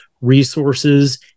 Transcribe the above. resources